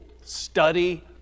study